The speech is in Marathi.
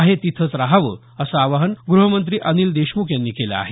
आहे तिथंच राहावं असं आवाहन ग्रहमंत्री अनिल देशमुख यांनी केलं आहे